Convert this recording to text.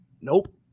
nope